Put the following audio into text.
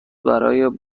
برای